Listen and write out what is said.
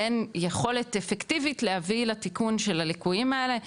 אין יכולת אפקטיבית להביא לתיקון של הליקויים האלה,